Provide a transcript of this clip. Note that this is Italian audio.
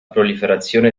proliferazione